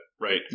right